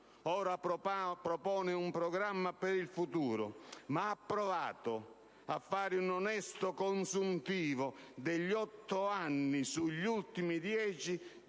Ora propone un programma per il futuro: ma ha provato a fare un onesto consuntivo degli otto anni, sugli ultimi dieci, di